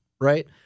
Right